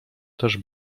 też